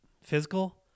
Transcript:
physical